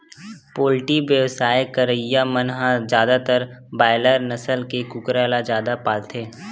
poultry बेवसाय करइया मन ह जादातर बायलर नसल के कुकरा ल जादा पालथे